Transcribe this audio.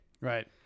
Right